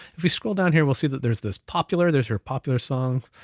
if you scroll down here, we'll see that there's this popular, there's her popular songs,